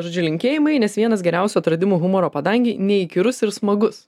žodžiu linkėjimai nes vienas geriausių atradimų humoro padangėj neįkyrus ir smagus